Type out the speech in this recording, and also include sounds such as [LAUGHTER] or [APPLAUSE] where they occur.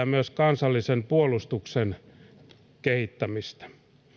[UNINTELLIGIBLE] myös kansallisen puolustuksen kehittämistä